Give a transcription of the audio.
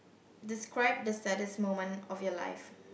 describe the saddest moment of your life